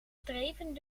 streven